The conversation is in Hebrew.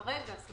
זה